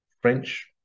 french